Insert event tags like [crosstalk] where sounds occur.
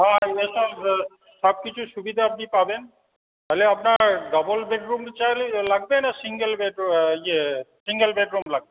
হ্যাঁ [unintelligible] সব কিছু সুবিধা আপনি পাবেন খালি আপনার ডবল বেডরুম চাই লাগবে না সিঙ্গেল [unintelligible] ইয়ে সিঙ্গল বেডরুম লাগবে